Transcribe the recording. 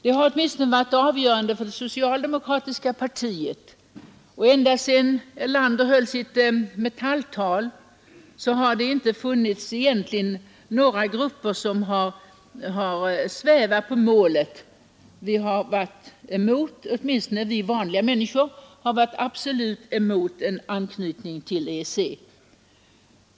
Detta skäl har varit avgörande åtminstone för det socialdemokratiska partiet. Ända sedan Tage Erlander höll sitt Metalltal har det inte funnits några grupper som svävat på målet. Åtminstone har vi vanliga människor varit emot en anknytning till EEC.